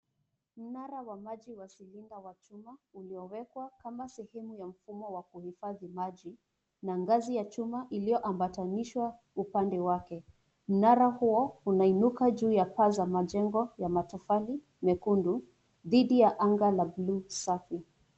Mnara wa maji wa silinda wa chuma uliowekwa kama sehemu ya mfumo wa kuhifadhi maji na ngazi ya chuma iliyoambatanishwa upande wake, mnara huo unainuka juu ya paa za majengo ya matofali mekundu dhidi la anga ya bluu safi.